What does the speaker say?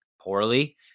poorly